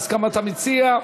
בהסכמת המציע.